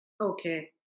Okay